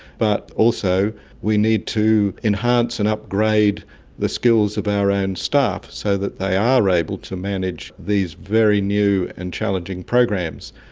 but also we need to enhance and upgrade the skills of our own staff so that they are able to manage these very new and challenging programs.